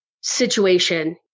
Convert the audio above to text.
situation